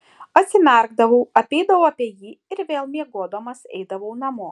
atsimerkdavau apeidavau apie jį ir vėl miegodamas eidavau namo